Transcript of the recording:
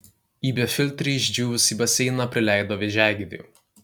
į befiltrį išdžiūvusį baseiną prileido vėžiagyvių